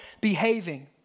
behaving